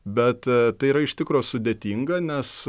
bet tai yra iš tikro sudėtinga nes